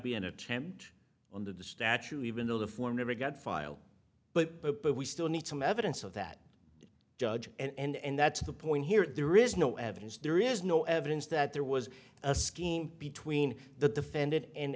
be an attempt on the the statute even though the form never got filed but but but we still need some evidence of that judge and that's the point here there is no evidence there is no evidence that there was a scheme between the defendant and